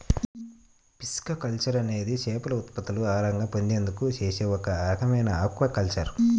pisciculture అనేది చేపల ఉత్పత్తులను ఆహారంగా పొందేందుకు చేసే ఒక రకమైన ఆక్వాకల్చర్